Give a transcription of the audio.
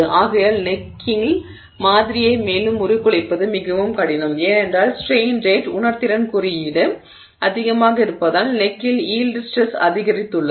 ஆகையால் நெக்கில் மாதிரியை மேலும் உருக்குலைப்பது மிகவும் கடினம் ஏனென்றால் ஸ்ட்ரெய்ன் ரேட் உணர்திறன் குறியீடு அதிகமாக இருப்பதால் நெக்கில் யீல்டு ஸ்ட்ரெஸ் அதிகரித்துள்ளது